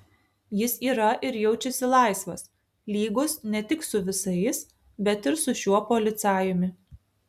jis yra ir jaučiasi laisvas lygus ne tik su visais bet ir su šiuo policajumi